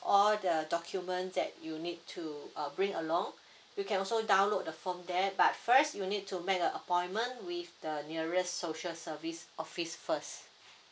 all the document that you need to uh bring along you can also download the form there but first you need to make a appointment with the nearest social service office first